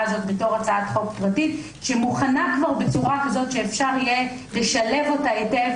הזאת כהצעת חוק פרטית שמוכנה בצורה כזו שאפשר יהיה לשלב אותה היטב